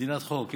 מדינת חוק.